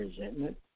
resentment